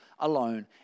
alone